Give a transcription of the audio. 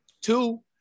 Two